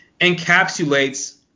encapsulates